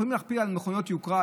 יכולים להכפיל על מכוניות יוקרה,